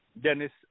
Dennis